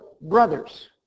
brothers